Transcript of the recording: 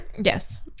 Yes